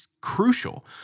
crucial